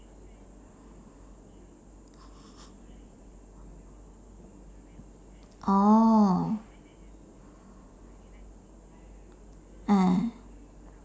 oh ah